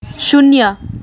शून्य